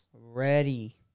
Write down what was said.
Ready